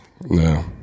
No